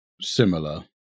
similar